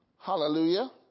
Hallelujah